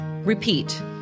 Repeat